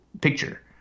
picture